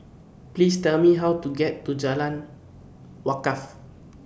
Please Tell Me How to get to Jalan Wakaff